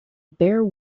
bare